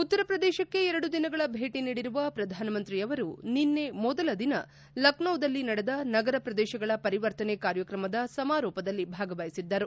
ಉತ್ತರಪ್ರದೇಶಕ್ಕೆ ಎರಡು ದಿನಗಳ ಭೇಟಿ ನೀಡಿರುವ ಪ್ರಧಾನಮಂತ್ರಿಯವರು ನಿನ್ನೆ ಮೊದಲ ದಿನ ಲಖನೌದಲ್ಲಿ ನಡೆದ ನಗರ ಪ್ರದೇಶಗಳ ಪರಿವರ್ತನೆ ಕಾರ್ಯಕ್ರಮದ ಸಮಾರೋಪದಲ್ಲಿ ಭಾಗವಹಿಸಿದ್ದರು